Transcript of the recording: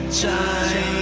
Time